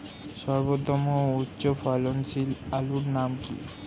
সর্বোত্তম ও উচ্চ ফলনশীল আলুর নাম কি?